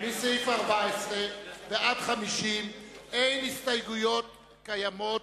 מסעיף 14 ועד 50 אין הסתייגויות קיימות,